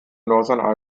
northern